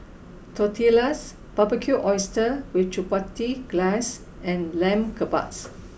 tortillas Barbecued Oysters with Chipotle Glaze and Lamb Kebabs